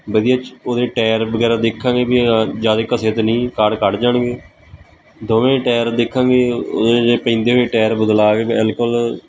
ਵਧੀਆ 'ਚ ਉਹਦੇ ਟਾਇਰ ਵਗੈਰਾ ਦੇਖਾਂਗੇ ਵੀ ਹਾਂ ਜ਼ਿਆਦਾ ਘਸੇ ਤਾਂ ਨਹੀਂ ਕਢ ਕੱਢ ਜਾਣਗੇ ਦੋਵੇਂ ਟਾਇਰ ਦੇਖਾਂਗੇ ਉਹਦੇ ਜੇ ਪੈਂਦੇ ਹੋਏ ਟਾਇਰ ਬਦਲਾ ਕੇ ਬਿਲਕੁਲ